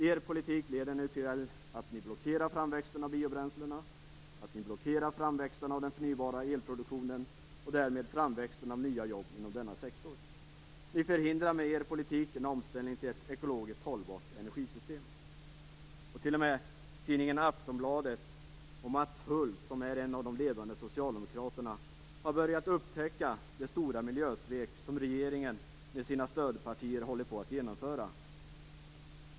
Er politik leder nu till att ni blockerar framväxten av biobränslen, att ni blockerar framväxten av förnybar elproduktion och därmed framväxten av nya jobb inom denna sektor. Ni förhindrar med er politik en omställning till ett ekologiskt hållbart energisystem. T.o.m. tidningen Aftonbladet och Mats Hulth, som är en av de ledande socialdemokraterna, har börjat upptäcka det stora miljösvek som regeringen med sina stödpartier håller på att genomföra.